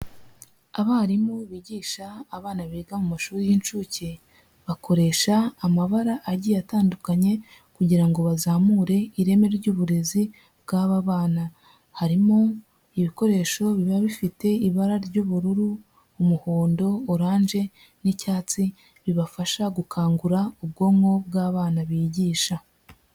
Abarimu bigisha abana biga mu mashuri y'incuke bakoresha amabara agiye atandukanye kugira ngo bazamure ireme ry'uburezi bw'aba bana, harimo ibikoresho biba bifite ibara ry'ubururu, umuhondo, oranje n'icyatsi bibafasha gukangura ubwonko bw'abana bigisha.